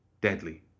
Deadly